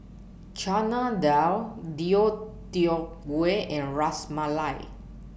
Chana Dal Deodeok Gui and Ras Malai